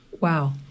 wow